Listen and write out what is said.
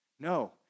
No